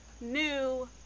new